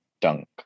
dunk